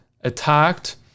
attacked